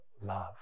love